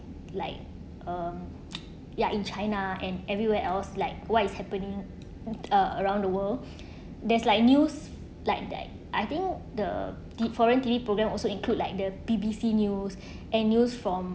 like uh ya in china and everywhere else like what is happening uh around the world there's like news like that I think the foreign T_V programme also include like the P_B_C news and news from